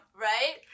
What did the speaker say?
right